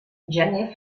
gener